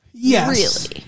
Yes